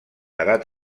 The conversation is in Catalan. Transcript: edat